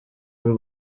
w’u